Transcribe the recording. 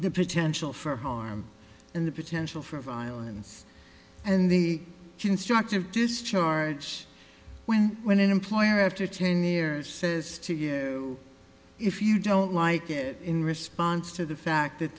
the potential for harm and the potential for violence and the constructive discharge when when an employer after ten years says to you if you don't like it in response to the fact that